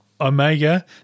Omega